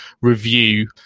review